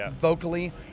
vocally